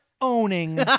owning